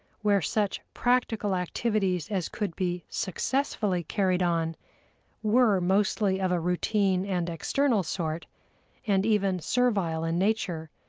where such practical activities as could be successfully carried on were mostly of a routine and external sort and even servile in nature,